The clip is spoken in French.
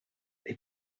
les